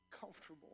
comfortable